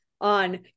on